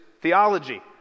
theology